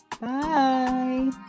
bye